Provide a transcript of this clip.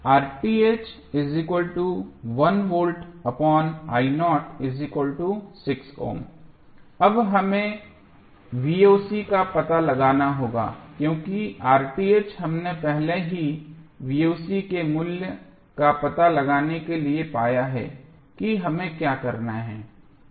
Ω अब हमें का पता लगाना होगा क्योंकि हमने पहले ही के मूल्य का पता लगाने के लिए पाया है कि हमें क्या करना है